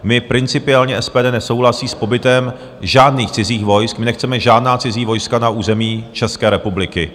My principiálně SPD nesouhlasí s pobytem žádných cizích vojsk, my nechceme žádná cizí vojska na území České republiky.